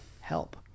help